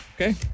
Okay